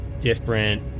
different